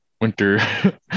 winter